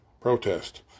protest